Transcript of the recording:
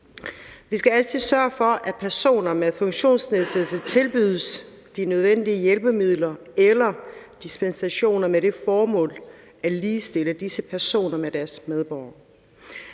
Vi skal altid sørge for, at personer med funktionsnedsættelse tilbydes de nødvendige hjælpemidler eller får en dispensation med det formål at ligestille disse personer med deres medborgere.